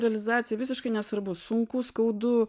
realizacija visiškai nesvarbu sunku skaudu